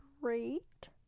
great